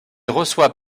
reçoit